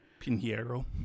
Pinheiro